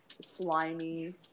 slimy